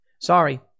Sorry